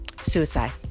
Suicide